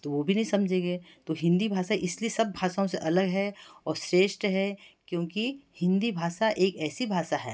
तो वो भी नहीं समझेंगे तो हिंदी भाषा इसलिए सब भाषाओं से अलग है और श्रेष्ठ है क्योंकि हिंदी भाषा एक ऐसी भाषा है